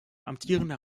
amtierender